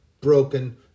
broken